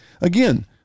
again